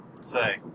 say